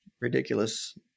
ridiculous